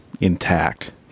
intact